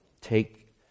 take